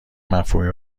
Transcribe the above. مفهومی